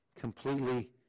completely